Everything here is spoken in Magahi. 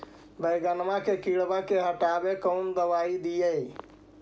बैगनमा के किड़बा के हटाबे कौन दवाई दीए?